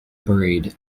buried